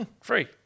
free